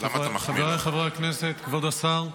חבריי חברי הכנסת, כבוד השר,